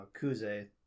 kuze